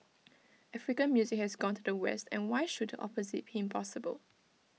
African music has gone to the west and why should the opposite be impossible